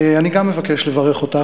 אני גם אבקש לברך אותך.